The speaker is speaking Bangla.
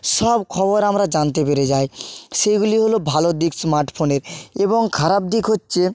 সব খবর আমরা জানতে পেরে যাই সেগুলি হলো ভালো দিক স্মার্টফোনের এবং খারাপ দিক হচ্ছে